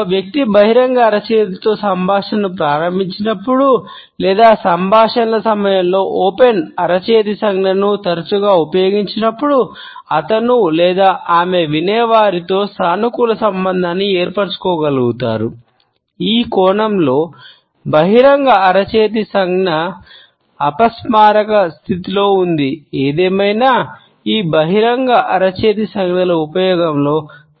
ఒక వ్యక్తి బహిరంగ అరచేతితో సంజ్ఞల ఉపయోగంలో